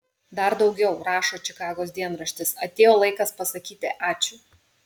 dar daugiau rašo čikagos dienraštis atėjo laikas pasakyti ačiū